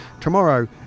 tomorrow